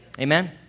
Amen